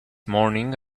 morning